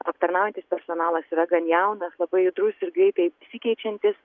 aptarnaujantis personalas yra gan jaunas labai judrus ir greitai besikeičiantis